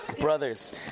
Brothers